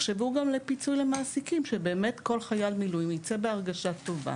תחשבו גם על פיצוי למעסיקים שכל חייל מילואים יצא בהרגשה טובה